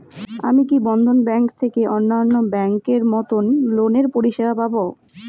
আমি কি বন্ধন ব্যাংক থেকে অন্যান্য ব্যাংক এর মতন লোনের পরিসেবা পাব?